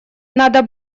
надо